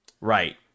Right